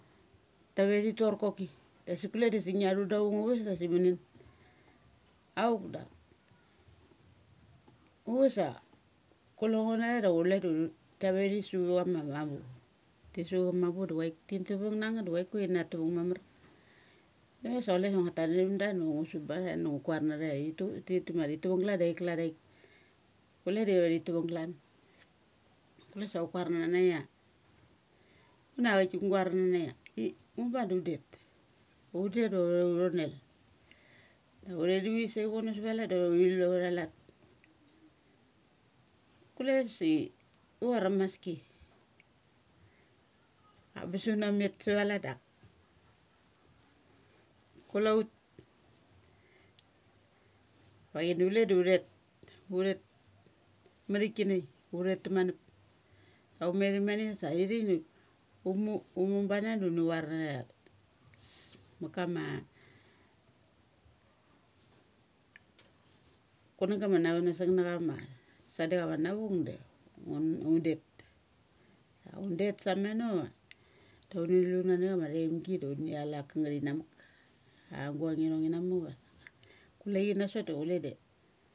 Ta ve thi tor koki. Dasik kule da ngia thu da aung uves dasik ma nen. Auk dak muchus sa chule ngo ngu natha da thi su ama mambu. Thi su am mambu du chuai ti tavung na ngeth da chua ku ia thi na tavung mamar. Kule sa ngua tan nathum da ngu su ba tha da ngua kar na thaia thi tavung. Ti tavung galan da ithihik, klan da ithika. Kule da thave thi tuvung galan. Kule sa ukuar nana ia, nguna aik unguar nana ia i, mubung da indet. Un det diva uthonel. Uthet ivi sai vono iat da uther uthi lu autha lat. Kule su ukuar ia maski. Bes una met suva lat dak, kulout va ini chule daini uthet. uthet mathik kinai uther tam man up. Saum metim mane sa ithik de u um. Umu bana da da uni var mania ma kama kunangga ma na vanasung na cha ma sadecha vana vuk de ngun cundet. Un det samenoa da uni dlu nani cha ma thaim gi da uni thal akangeth in namuk ma guangi thong da sungar. Kule chi na sot da chule de.